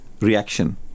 reaction